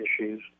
issues